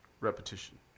repetition